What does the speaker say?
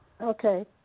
Okay